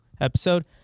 episode